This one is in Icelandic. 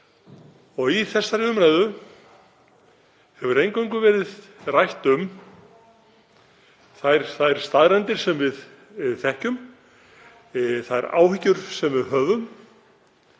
vita að þar hefur eingöngu verið rætt um þær staðreyndir sem við þekkjum, þær áhyggjur sem við höfum